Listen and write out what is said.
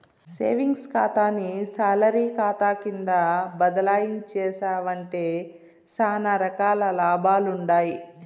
savings కాతాని salary కాతా కింద బదలాయించేశావంటే సానా రకాల లాభాలుండాయి